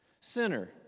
sinner